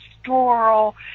pastoral